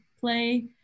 play